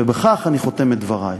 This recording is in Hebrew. ובכך אני חותם את דברי.